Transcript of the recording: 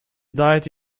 died